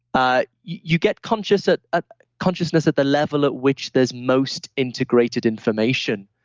ah you get consciousness at ah consciousness at the level at which there's most integrated information.